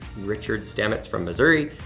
richard stamets from missouri,